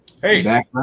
Hey